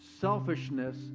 selfishness